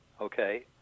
okay